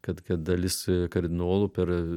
kad kad dalis kardinolų per